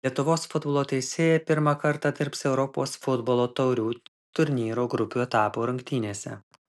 lietuvos futbolo teisėjai pirmą kartą dirbs europos futbolo taurių turnyro grupių etapo rungtynėse